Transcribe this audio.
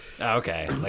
Okay